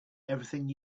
everything